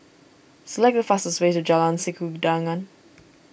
select the fastest way to Jalan Sikudangan